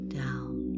down